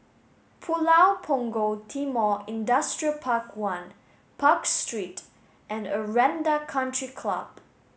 Pulau Punggol Timor Industrial Park one Park Street and Aranda Country Club